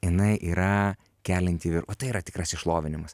jinai yra kelianti o tai yra tikrasis šlovinimas